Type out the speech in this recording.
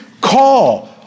call